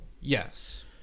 Yes